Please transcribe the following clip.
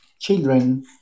children